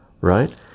right